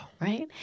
right